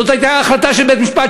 זאת הייתה החלטה של בית-משפט,